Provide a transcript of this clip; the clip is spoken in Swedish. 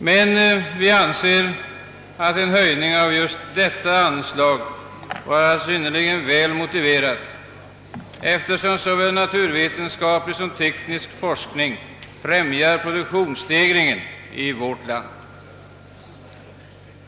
Vi anser emellertid att en höjning av just detta anslag är synnerligen väl motiverad, eftersom såväl naturvetenskaplig som teknisk forskning främjar produktionsstegringen i vårt land.